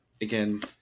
again